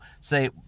say